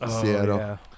Seattle